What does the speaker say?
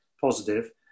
positive